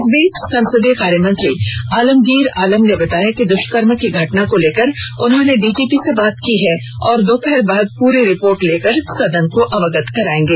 इस बीच संसदीय कार्य मंत्री आलमगीर आलम ने बताया कि द्वष्कर्म की घटना को लेकर उन्होंने डीजीपी से बात की है और दोपहर बाद पूरी रिपोर्ट लेकर सदन को अवंगत कराएंगे